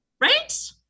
Right